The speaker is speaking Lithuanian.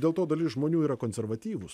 dėl to dalis žmonių yra konservatyvūs